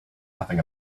nothing